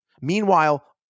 Meanwhile